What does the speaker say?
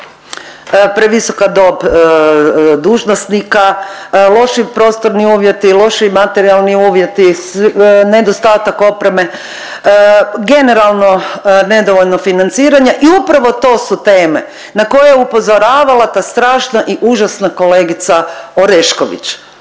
previsoka dob dužnosnika, loši prostorni uvjeti, loši materijalni uvjeti, nedostatak opreme generalno nedovoljno financiranje i upravo to su teme na koje je upozoravala ta strašna i užasna kolegica Orešković.